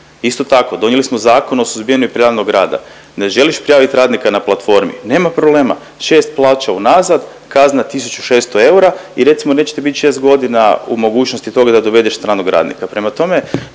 Isto tako donijeli smo Zakon o suzbijanju neprijavljenog rada. Ne želiš prijavit radnika na platformi, nema problema. 6 plaća unazad, kazna 1.600 eura i recimo nećete bit 6 godina u mogućnosti toga da dovedeš stranog radnika. Prema tome